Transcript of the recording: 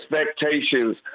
expectations